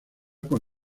con